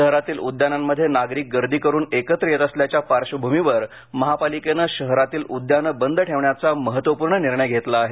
शहरातील उद्यानांमध्ये नागरिक गर्दी करून एकत्र येत असल्याच्या पार्श्वभूमीवर महापालिकेने शहरातील उद्यान बंद ठेवण्याचा महत्त्वपूर्ण निर्णय घेतला आहे